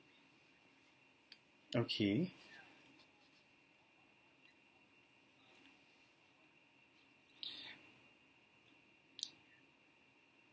okay